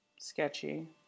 sketchy